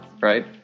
right